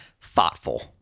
thoughtful